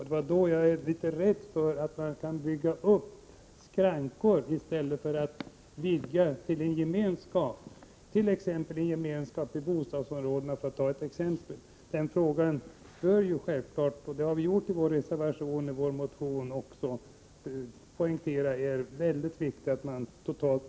Det var då jag blev rädd för att man kan bygga upp skrankor i stället för att vidga det hela till en gemenskap, t.ex. i bostadsområden, för att nu nämna det. Den här aspekten bör självfallet uppmärksammas, och det har vi också gjort i vår motion och i vår reservation om detta. Det är viktigt att beakta den här frågan totalt.